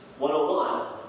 101